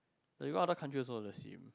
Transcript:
like you go other country also the same